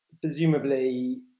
presumably